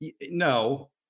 no